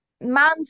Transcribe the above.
Man